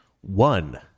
one